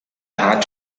her